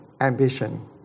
ambition